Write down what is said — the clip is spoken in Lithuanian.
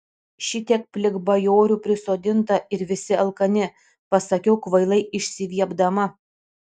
šitiek plikbajorių prisodinta ir visi alkani pasakiau kvailai išsiviepdama